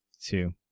two